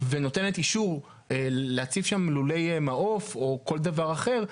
ונותנת אישור להציב שם לולי מעוף או כל דבר אחר,